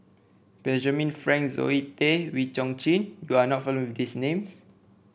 Benjamin Frank Zoe Tay and Wee Chong Jin you are not familiar with these names